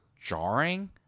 jarring